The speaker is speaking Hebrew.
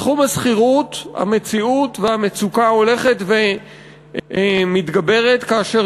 בתחום השכירות המצוקה הולכת ומתגברת כאשר